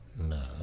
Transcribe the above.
No